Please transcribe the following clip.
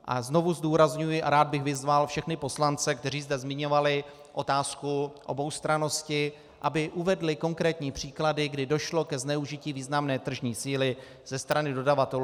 A znovu zdůrazňuji a rád bych vyzval všechny poslance, kteří zde zmiňovali otázku oboustrannosti, aby uvedli konkrétní příklady, kdy došlo ke zneužití významné tržní síly ze strany dodavatelů.